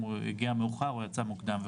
אם הוא הגיע מאוחר או יצא מוקדם.